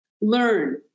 Learn